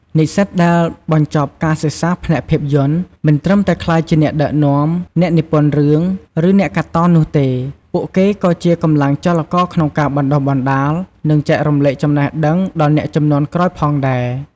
និស្សិតដែលបញ្ចប់ការសិក្សាផ្នែកភាពយន្ត មិនត្រឹមតែក្លាយជាអ្នកដឹកនាំ អ្នកនិពន្ធរឿង ឬអ្នកកាត់តនោះទេ ពួកគេក៏ជាកម្លាំងចលករក្នុងការបណ្តុះបណ្តាល និងចែករំលែកចំណេះដឹងដល់អ្នកជំនាន់ក្រោយផងដែរ។